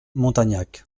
montagnac